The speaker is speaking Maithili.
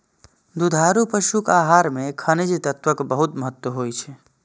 दुधारू पशुक आहार मे खनिज तत्वक बहुत महत्व होइ छै